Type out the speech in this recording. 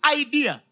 idea